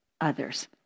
others